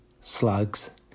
slugs